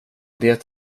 det